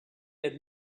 had